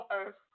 earth